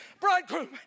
bridegroom